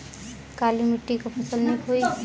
काली मिट्टी क फसल नीक होई?